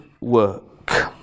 work